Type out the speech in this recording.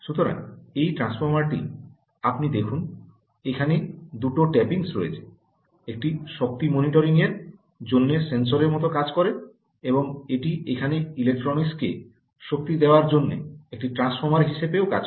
সুতরাং এই ট্রান্সফর্মারটি আপনি দেখুন এখানে দুটি টেপিংস রয়েছে একটি শক্তি মনিটরিংয়ের জন্য সেন্সরের মতো কাজ করে এবং এটি এখানের ইলেকট্রনিক্সকে শক্তি দেওয়ার জন্য একটি ট্রান্সফর্মার হিসাবেও কাজ করে